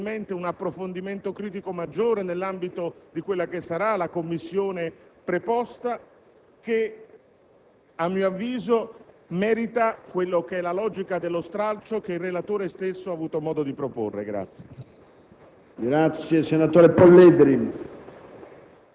È un articolo inutile, che merita probabilmente un approfondimento critico maggiore nell'ambito di quella che sarà la Commissione preposta ma che, a mio avviso, merita lo stralcio che il relatore stesso ha avuto modo di proporre.